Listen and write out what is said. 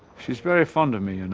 she's very fond of me, and